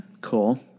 Cool